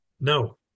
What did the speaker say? no